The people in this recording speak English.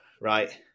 Right